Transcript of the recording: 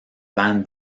van